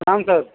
हाँ सर